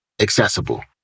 accessible